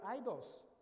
idols